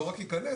לא רק ייכנס,